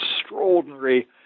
extraordinary